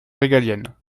régalienne